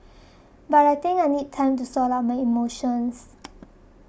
but I think I need time to sort out my emotions